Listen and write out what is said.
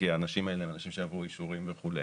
כי האנשים האלה הם אנשים שעברו אישורים וכו'.